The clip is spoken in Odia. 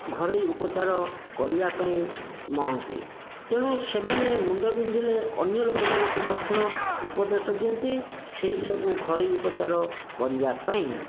ଘରୋଇ ଉପଚାର କରିବା ପାଇଁ ମଣନ୍ତି ତେଣୁ ସେମାନେ ମୁଣ୍ଡ ବିନ୍ଧିଲେ ଅନ୍ୟ ଲୋକମାନଙ୍କୁ ମଧ୍ୟ ଉପଦେଶ ଦିଅନ୍ତି ସେହିସବୁ ଘରୋଇ ଉପଚାର କରିବା ପାଇଁ